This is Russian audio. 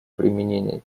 применение